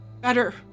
better